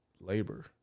labor